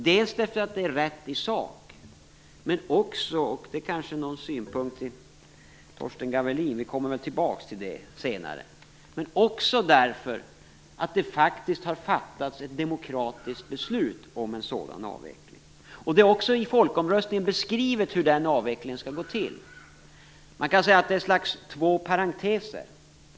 Det är rätt i sak men också därför att det faktiskt har fattats ett demokratiskt beslut om en sådan avveckling. Det är också i folkomröstningen beskrivet hur den avvecklingen skall gå till. Man kan säga att det är två parenteser.